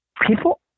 people